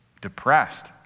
depressed